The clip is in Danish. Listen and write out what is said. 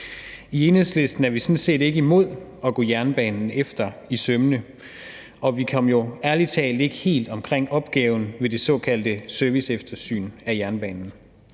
I Enhedslisten er vi sådan set ikke imod at gå jernbanen efter i sømmene, og vi kom jo ærlig talt ikke helt omkring opgaven ved det såkaldte serviceeftersyn af jernbanen.